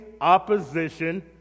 opposition